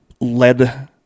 led